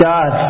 God